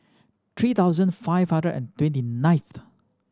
three thousand five hundred and twenty ninth